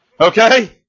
Okay